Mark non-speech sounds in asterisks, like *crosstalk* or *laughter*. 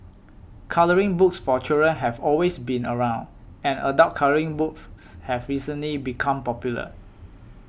colouring books for children have always been around and adult colouring *noise* books have recently become popular